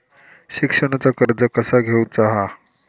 शिक्षणाचा कर्ज कसा घेऊचा हा?